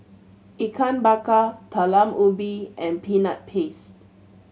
Ikan Bakar Talam Ubi and Peanut Paste